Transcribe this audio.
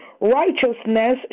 Righteousness